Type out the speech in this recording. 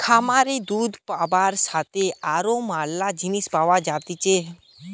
খামারে দুধ পাবার সাথে আরো ম্যালা জিনিস পাওয়া যাইতেছে